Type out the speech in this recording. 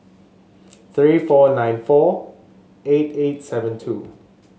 three four nine four eight eight seven two